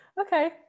Okay